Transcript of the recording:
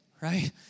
Right